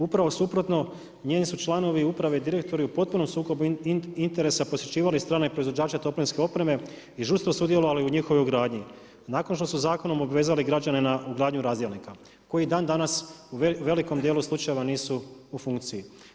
Upravo suprotno, njeni su članovi, uprava i direktoru u potpunom sukobu interesa, posjećivali strane proizvođače toplinske opreme i žustro sudjelovali u njihovoj ugradnji, nakon što su zakonom obvezali građane na ugradnju razdjelnika, koji dan danas u velikom dijelu slučajeva nisu u funkciji.